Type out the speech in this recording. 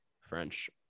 French